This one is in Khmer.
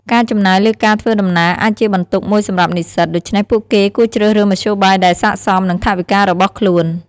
ការចំណាយលើការធ្វើដំណើរអាចជាបន្ទុកមួយសម្រាប់និស្សិត ដូច្នេះពួកគេគួរជ្រើសរើសមធ្យោបាយដែលស័ក្តិសមនឹងថវិការបស់ខ្លួន។